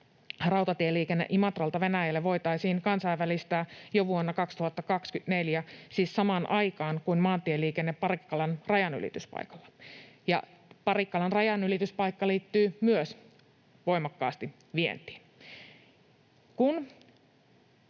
rautatieliikenne Imatralta Venäjälle voitaisiin kansainvälistää jo vuonna 2024, siis samaan aikaan kuin maantieliikenne Parikkalan rajanylityspaikalla, ja Parikkalan rajanylityspaikka liittyy myös voimakkaasti vientiin.